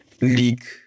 League